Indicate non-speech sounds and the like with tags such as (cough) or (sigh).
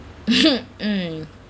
(laughs) mm